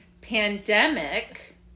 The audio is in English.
pandemic